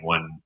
One